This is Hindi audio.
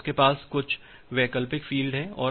फिर आपके पास कुछ वैकल्पिक फ़ील्ड हैं